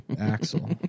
Axel